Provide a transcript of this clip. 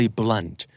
blunt